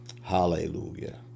Hallelujah